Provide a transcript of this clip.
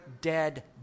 dead